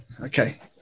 Okay